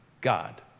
God